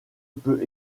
peut